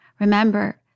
remember